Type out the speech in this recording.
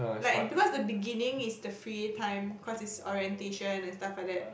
like because the beginning is the free time cause it's orientation and stuff like that